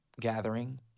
gathering